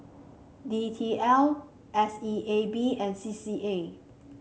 D T L S E A B and C C A